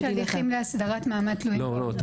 גם אם יש הליכים להסדרת מעמד תלויים ועומדים --- אני לא יודעת.